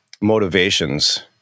motivations